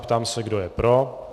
Ptám se, kdo je pro.